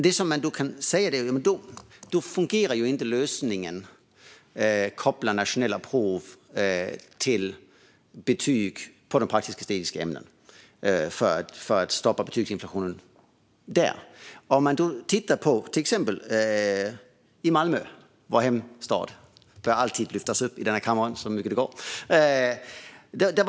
Lösningen att koppla nationella prov till betyg i de praktisk-estetiska ämnena fungerar alltså inte som ett sätt att stoppa betygsinflationen där. Vi kan ta ett exempel från vår hemstad Malmö - den bör alltid lyftas fram i denna kammare så mycket det går.